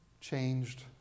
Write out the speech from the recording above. changed